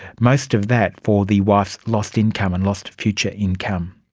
most of that for the wife's lost income and lost future income.